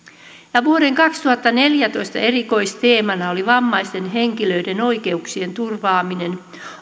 vuoden kaksituhattaneljätoista erikoisteemana oli vammaisten henkilöiden oikeuksien turvaaminen